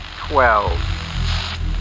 twelve